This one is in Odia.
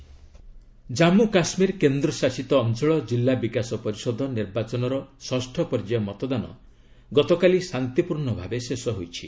JK DDC poll Jammu Kashmir କେନ୍ଦ୍ରଶାସିତ ଅଞ୍ଚଳ ଜିଲ୍ଲା ବିକାଶ ପରିଷଦ ନିର୍ବାଚନର ଷଷ୍ଠ ପର୍ଯ୍ୟାୟ ମତଦାନ ଗତକାଲି ଶାନ୍ତିପୂର୍ଣ୍ଣ ଭାବେ ଶେଷ ହୋଇଛି